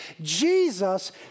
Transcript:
Jesus